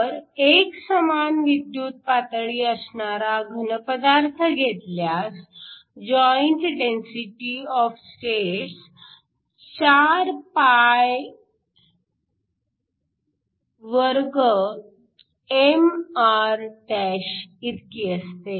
तर एकसमान विद्युत पातळी असणारा घन पदार्थ घेतल्यास joint density of states 42mr इतकी असते